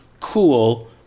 cool